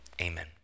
Amen